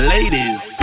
Ladies